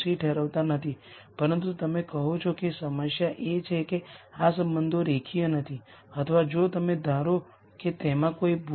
પછી તમને આને અનુરૂપ ત્રણ આઇગન વેક્ટરર્સ મળશે જે આ આ અને આ દ્વારા આપવામાં આવે છે